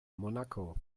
monaco